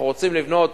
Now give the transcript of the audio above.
אנחנו רוצים לבנות